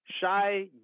Shy